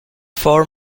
four